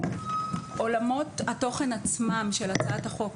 עולמות התוכן עצמם של הצעת החוק